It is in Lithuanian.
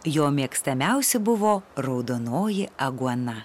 jo mėgstamiausi buvo raudonoji aguona